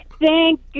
Thank